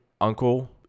uncle